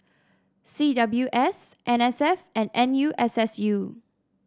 C W S N S F and N U S S U